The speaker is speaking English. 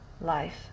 life